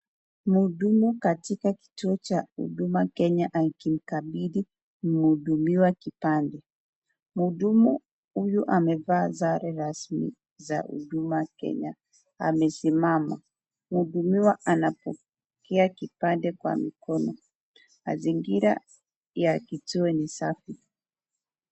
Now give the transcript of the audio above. Mhudumu katika kituo cha Huduma Kenya akimkabidhi mhudumiwa kipande. Mhudumu huyu amevaa sare rasmi za Huduma Kenya, amesimama. Mhudumiwa anapokea kipande kwa mikono. Mazingira ya kituo ni safi.